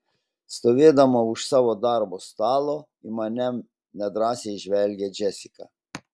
stovėdama už savo darbo stalo į mane nedrąsiai žvelgia džesika